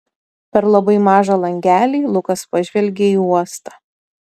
per labai mažą langelį lukas pažvelgė į uostą